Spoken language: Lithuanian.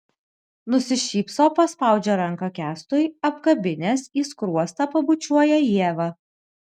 nusišypso paspaudžia ranką kęstui apkabinęs į skruostą pabučiuoja ievą